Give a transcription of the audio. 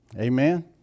amen